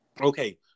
Okay